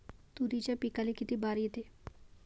तुरीच्या पिकाले किती बार येते?